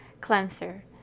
cleanser